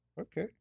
Okay